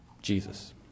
Jesus